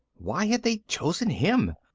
why had they chosen him?